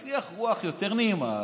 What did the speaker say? להפיח רוח יותר נעימה,